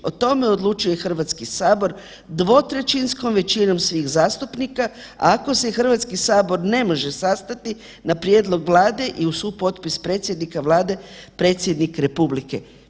O tome odlučuje Hrvatski sabor dvotrećinskom većinom svih zastupnika, ako se Hrvatski sabor ne može sastati na prijedlog Vlade i uz supotpis predsjednika Vlade, predsjednik Republike“